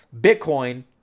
Bitcoin